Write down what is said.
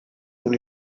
con